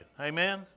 Amen